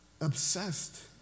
obsessed